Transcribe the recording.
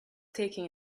taking